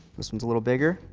this one's a little bigger.